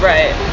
Right